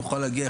נוכל להגיע,